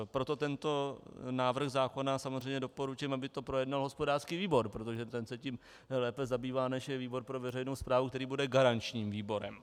Proto tento návrh zákona samozřejmě doporučím, aby to projednal hospodářský výbor, protože ten se tím lépe zabývá, než je výbor pro veřejnou správu, který bude garančním výborem.